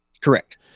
Correct